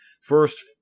First